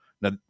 Now